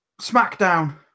Smackdown